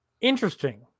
Interesting